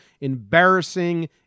Embarrassing